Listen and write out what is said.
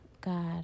God